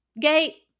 gate